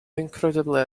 incredibly